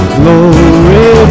glory